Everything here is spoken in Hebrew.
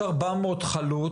יש ארבע מאות חלוט,